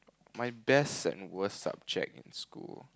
my best and worst subject in school